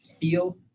feel